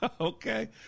Okay